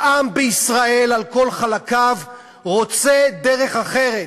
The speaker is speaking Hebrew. העם בישראל על כל חלקיו רוצה דרך אחרת,